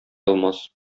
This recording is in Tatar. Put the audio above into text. алмас